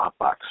hotbox